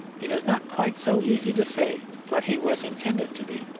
it is not quite so easy to say what he was intended to be.